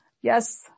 Yes